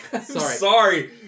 sorry